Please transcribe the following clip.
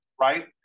Right